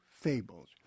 fables